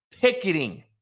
Picketing